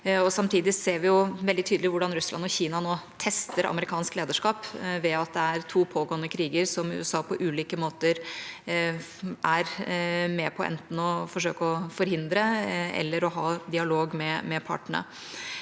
Samtidig ser vi veldig tydelig hvordan Russland og Kina nå tester amerikansk lederskap ved at det er to pågående kriger som USA på ulike måter er med på, enten ved å forsøke å forhindre eller ved å ha dialog med partene.